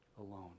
alone